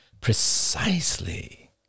precisely